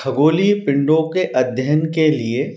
खगोलीय पिण्डों के अध्ययन के लिए